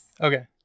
okay